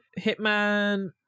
Hitman